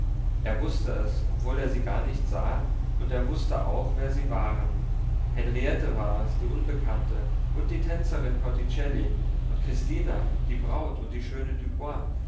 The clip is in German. er wußte es obwohl er sie gar nicht sah und er wußte auch wer sie waren henriette war es die unbekannte und die tänzerin corticelli und cristina die braut und die schöne dubois